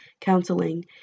counseling